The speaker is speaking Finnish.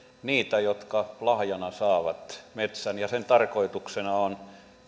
niitä jotka lahjana saavat metsän ja sen tarkoituksena on